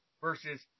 versus